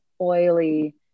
oily